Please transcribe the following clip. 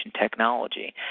technology